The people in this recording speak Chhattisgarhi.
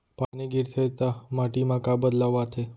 पानी गिरथे ता माटी मा का बदलाव आथे?